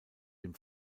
dem